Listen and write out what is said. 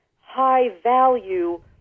high-value